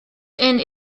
and